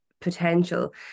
potential